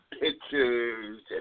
pictures